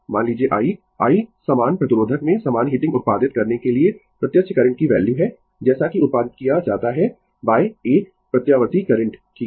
मान लीजिए i i समान प्रतिरोधक में समान हीटिंग उत्पादित करने के लिए प्रत्यक्ष करंट की वैल्यू है जैसा कि उत्पादित किया जाता है एक प्रत्यावर्ती करंट ठीक है